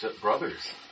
brothers